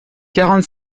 quarante